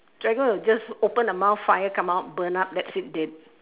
dragon will just open the mouth fire come out burn up that's it dead